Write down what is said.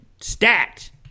stacked